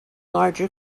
larger